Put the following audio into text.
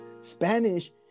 Spanish